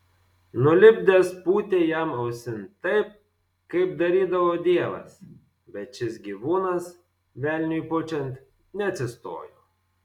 nulipdęs pūtė jam ausin taip kaip darydavo dievas bet šis gyvūnas velniui pučiant neatsistojo